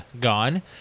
gone